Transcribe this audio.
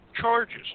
charges